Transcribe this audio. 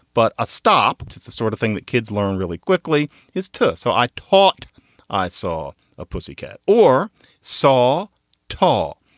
but a stop to the sort of thing that kids learn really quickly is tough. so i taught i saw a pussycat or saw tall.